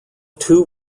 two